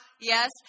yes